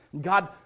God